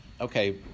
Okay